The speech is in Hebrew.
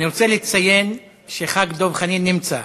אני רוצה לציין שח"כ דב חנין נמצא,